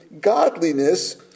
godliness